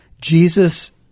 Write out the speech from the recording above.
Jesus